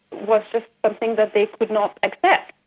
was just something that they could not accept.